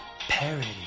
parody